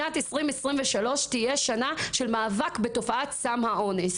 שנת 2023 תהיה שנה של מאבק בתופעת סם האונס.